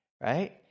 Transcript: right